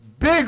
Big